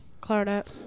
Clarinet